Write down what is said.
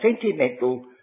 sentimental